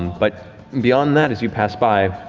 but beyond that, as you pass by,